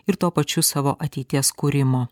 ir tuo pačiu savo ateities kūrimo